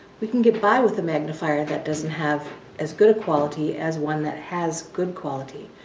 we can get by with a magnifier that doesn't have as good a quality as one that has good quality.